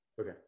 okay